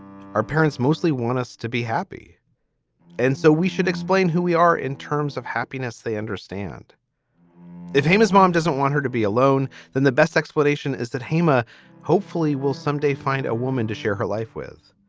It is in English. our parents mostly want us to be happy and so we should explain who we are in terms of happiness. they understand the famous mom doesn't want her to be alone. then the best explanation is that hamma hopefully will someday find a woman to share her life with